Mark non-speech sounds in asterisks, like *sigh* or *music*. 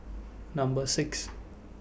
Number six *noise*